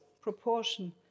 proportion